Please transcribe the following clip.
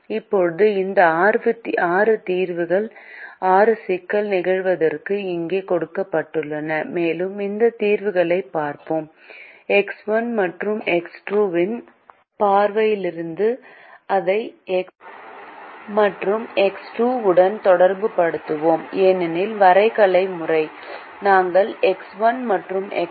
இப்போது இந்த 6 தீர்வுகள் 6 சிக்கல் நிகழ்வுகளுக்கு இங்கே கொடுக்கப்பட்டுள்ளன மேலும் இந்த தீர்வுகளைப் பார்ப்போம் எக்ஸ் 1 மற்றும் எக்ஸ் 2 இன் பார்வையில் இருந்து அதை எக்ஸ் 1 மற்றும் எக்ஸ் 2 உடன் தொடர்பு படுத்துகிறோம் ஏனெனில் வரைகலை முறை நாங்கள் எக்ஸ் 1 மற்றும் எக்ஸ் 2 ஐ மட்டுமே பயன்படுத்தினோம்